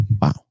Wow